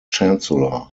chancellor